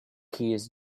keys